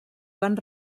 van